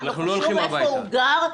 לא חשוב איפה הוא גר,